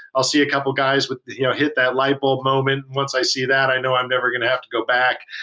i'll see a couple of guys yeah hit that light bulb moment. once i see that, i know i'm never going to have to go back.